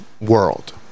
world